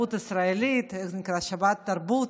תרבות ישראלית, זה נקרא "שבת תרבות",